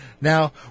now